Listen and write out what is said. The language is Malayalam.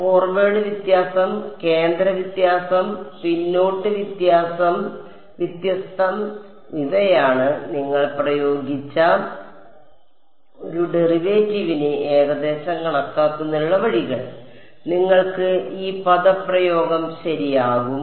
ഫോർവേഡ് വ്യത്യാസം കേന്ദ്ര വ്യത്യാസം പിന്നോട്ട് വ്യത്യസ്തം ഇവയാണ് നിങ്ങൾ പ്രയോഗിച്ച ഒരു ഡെറിവേറ്റീവിനെ ഏകദേശം കണക്കാക്കുന്നതിനുള്ള വഴികൾ നിങ്ങൾക്ക് ഈ പദപ്രയോഗം ശരിയാകും